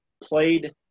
played